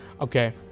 Okay